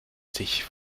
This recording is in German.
sich